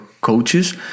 coaches